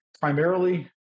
primarily